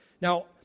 Now